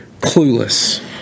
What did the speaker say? Clueless